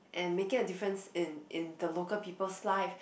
and making the difference in in the local people lives